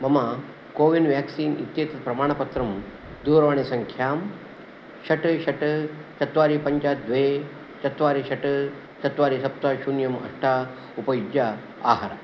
मम CoWIN vaccine इत्येतत् प्रमाणपत्रं दूरवाणीसङ्ख्यां षट् षट् चत्वारि पञ्च द्वे चत्वारि षट् चत्वारि सप्त शून्यं अष्ट उपयुज्य आहर